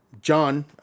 John